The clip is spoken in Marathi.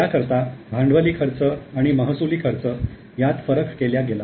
त्याकरता भांडवली खर्च आणि महसुली खर्च यात फरक केल्या गेला